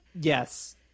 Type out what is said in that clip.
Yes